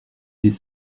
des